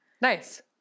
Nice